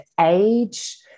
age